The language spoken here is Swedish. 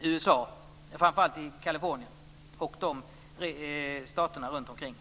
USA, och framför allt i California och staterna runt omkring.